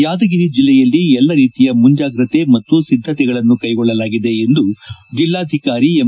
ಯಾದಗಿರಿ ಜಿಲ್ಲೆಯಲ್ಲಿ ಎಲ್ದಾ ರೀತಿಯ ಮುಂಜಾಗ್ರತೆ ಮತ್ತು ಸಿದ್ದತೆಗಳನ್ನು ಕೈಗೊಳ್ಳಲಾಗಿದೆ ಎಂದು ಜೆಲ್ಲಾಧಿಕಾರಿ ಎಂ